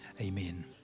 Amen